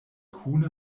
kune